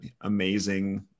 amazing